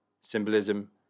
symbolism